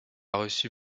reçu